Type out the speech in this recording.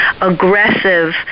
aggressive